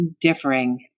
differing